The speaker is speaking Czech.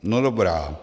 No dobrá.